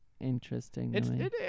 interesting